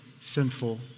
sinful